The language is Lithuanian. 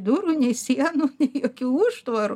durų nei sienų jokių užtvarų